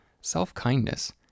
Self-kindness